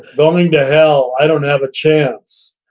going to hell, i don't have a chance.